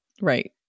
Right